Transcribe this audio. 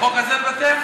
בחוק הזה לוותר?